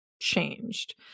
changed